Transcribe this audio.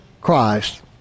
Christ